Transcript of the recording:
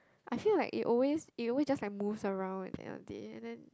I feel like it always it always just like moves around at end of day and then